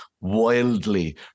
Wildly